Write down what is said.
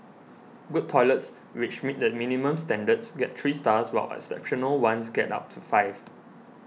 good toilets which meet the minimum standards get three stars while exceptional ones get up to five